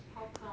how come